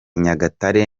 nyagatare